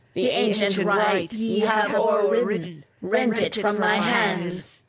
the ancient right ye have o'erridden, rent it from my hands.